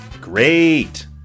Great